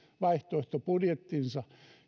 vaihtoehtobudjettinsa